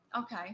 okay